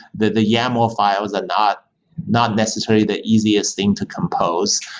the the yaml files are not not necessarily the easiest thing to compose.